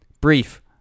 brief